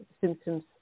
symptoms